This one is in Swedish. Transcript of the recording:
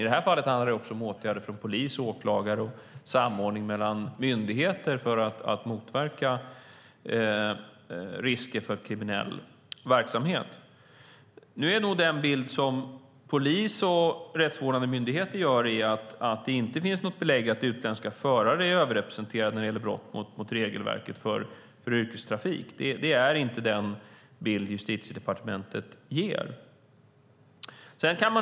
I det här fallet handlar det om åtgärder från polis och åklagare samt samordning mellan myndigheter för att motverka risker för kriminell verksamhet. Nu är den bild som polis och rättsvårdande myndigheter har att det inte finns något belägg att utländska förare är överrepresenterade när det gäller brott mot regelverket för yrkestrafik. Det är inte den bild Justitiedepartementet ger.